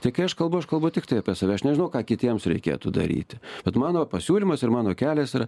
tai kai aš kalbu aš kalbu tiktai apie save aš nežinau ką kitiems reikėtų daryti bet mano pasiūlymas ir mano kelias yra